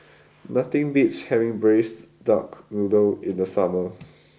nothing beats having Braised Duck Noodle in the summer